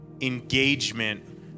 engagement